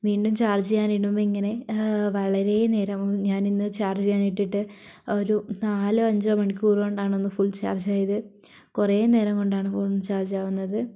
വീണ്ടും ചാർജ് ചെയ്യാനിടുമ്പോൾ ഇങ്ങനെ വളരെ നേരം ഞാനിന്ന് ചാർജ് ചെയ്യാനിട്ടിട്ട് ഒരു നാലോ അഞ്ചോ മണിക്കൂർ കൊണ്ടാണ് ഒന്ന് ഫുൾ ചാർജ് ആയത് കുറേ നേരം കൊണ്ടാണ് ഫോൺ ചാർജാവുന്നത്